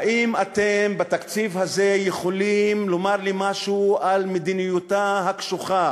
האם אתם בתקציב הזה יכולים לומר לי משהו על מדיניותה הקשוחה